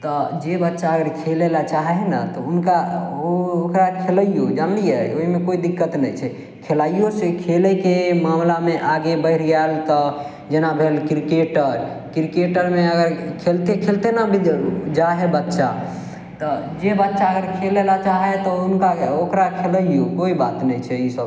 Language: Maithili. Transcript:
तऽ जे बच्चा अगर खेलय लऽ चाहय हइ नऽ तऽ हुनका उ ओकरा खेलैइयौ जानलिए अइमे कोइ दिक्कत नहि छै खेलाइयौ से खेलयके मामलामे आगे बढ़ि गेल तऽ जेना भेल क्रिकेटर क्रिकेटरमे अगर खेलते खेलते नहि जाइ हइ बच्चा तऽ जे बच्चा अगर खेलय लअ चाहय हइ तऽ उ हुनका ओकरा खेलैयो कोइ बात नहि छै ई सब